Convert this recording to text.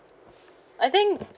I think